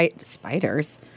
spiders